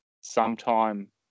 sometime